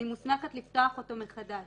אני מוסמכת לפתוח אותו מחדש.